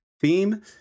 theme